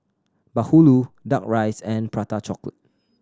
bahulu Duck Rice and Prata Chocolate